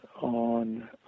on